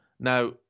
Now